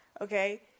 okay